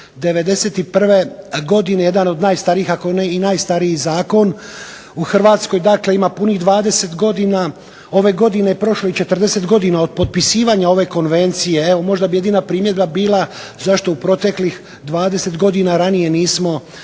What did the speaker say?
'91. godine jedan od najstarijih ako ne i najstariji zakon u Hrvatskoj. Dakle, ima punih 20 godina. Ove godine je prošlo i 40 godina od potpisivanja ove konvencije. Evo možda bi jedina primjedba bila zašto u proteklih 20 godina ranije nismo